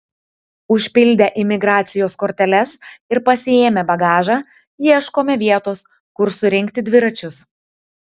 užpildę imigracijos korteles ir pasiėmę bagažą ieškome vietos kur surinkti dviračius